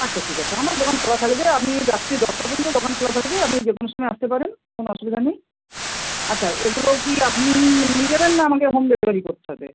আচ্ছা ঠিক আছে আমার দোকান খোলা থাকবে আপনি এই রাত্রির দশটা পর্যন্ত দোকান খোলা থাকবে আপনি যে কোনো সময় আসতে পারেন কোনো অসুবিধা নেই আচ্ছা এগুলো কি আপনি নিয়ে যাবেন না আমাকে হোম ডেলিভারি করতে হবে